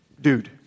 dude